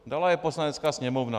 Dala je Poslanecká sněmovna.